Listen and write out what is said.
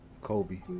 Kobe